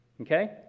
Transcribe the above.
Okay